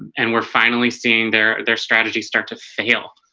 and we're finally seeing their their strategy start to fail